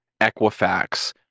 Equifax